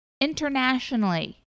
internationally